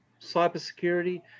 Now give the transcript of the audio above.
cybersecurity